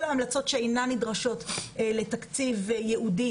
אנחנו כבר מיישמים את כל ההמלצות שאינן נדרשות לתקציב ייעודי.